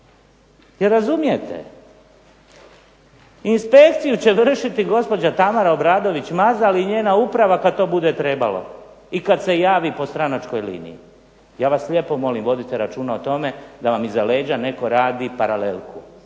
ste. Razumijete? Inspekciju će vršiti gospođa Tamara Obradović Mazal i njena uprava kad to bude trebalo i kad se javi po stranačkoj liniji. Ja vas lijepo molim, vodite računa o tome da vam iza leđa netko radi paralelku.